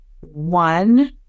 one